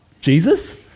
Jesus